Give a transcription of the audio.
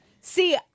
See